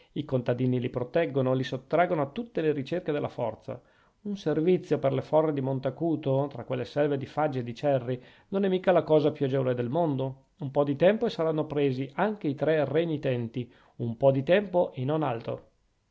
i contadini li proteggono li sottraggono a tutte le ricerche della forza un servizio per le forre di monte acuto tra quelle selve di faggi e di cerri non è mica la cosa più agevole del mondo un po di tempo e saranno presi anche i tre renitenti un po di tempo e non altro